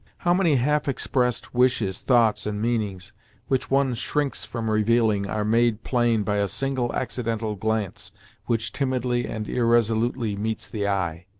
how many half-expressed wishes, thoughts, and meanings which one shrinks from revealing are made plain by a single accidental glance which timidly and irresolutely meets the eye!